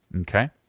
Okay